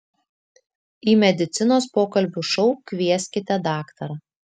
į medicinos pokalbių šou kvieskite daktarą